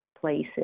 places